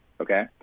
okay